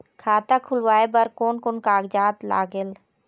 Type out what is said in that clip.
खाता खुलवाय बर कोन कोन कागजात लागेल?